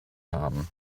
haben